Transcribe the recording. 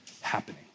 happening